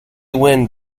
win